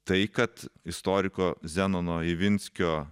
tai kad istoriko zenono ivinskio